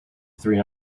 three